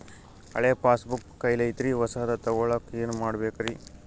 ಹಳೆ ಪಾಸ್ಬುಕ್ ಕಲ್ದೈತ್ರಿ ಹೊಸದ ತಗೊಳಕ್ ಏನ್ ಮಾಡ್ಬೇಕರಿ?